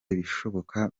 ibishoboka